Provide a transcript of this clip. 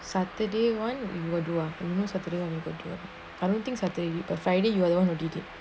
saturday [one] we will do afternoon saturday [one] okay I don't think saturday we got friday you all want to do that